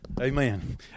amen